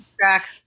track